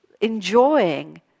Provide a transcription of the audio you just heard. enjoying